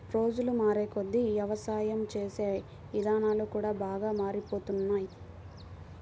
రోజులు మారేకొద్దీ యవసాయం చేసే ఇదానాలు కూడా బాగా మారిపోతున్నాయ్